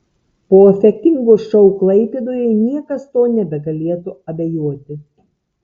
po efektingo šou klaipėdoje niekas tuo nebegalėtų abejoti